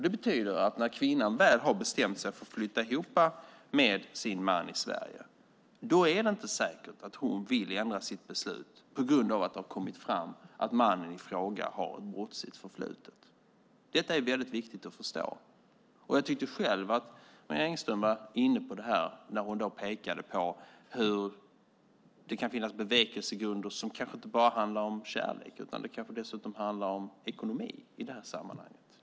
Det betyder att när kvinnan väl har bestämt sig för att flytta ihop med sin man i Sverige är det inte säkert att hon vill ändra sitt beslut på grund av att det har kommit fram att mannen i fråga har ett brottsligt förflutet. Detta är viktigt att förstå. Jag tyckte själv att Maria Stenberg var inne på det när hon pekade på att det kan finnas bevekelsegrunder som inte bara handlar om kärlek. Det kanske dessutom handlar om ekonomi i det här sammanhanget.